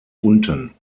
unten